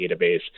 database